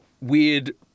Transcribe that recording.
weird